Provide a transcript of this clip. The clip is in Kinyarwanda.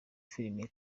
filime